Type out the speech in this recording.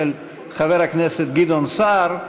של חבר הכנסת גדעון סער,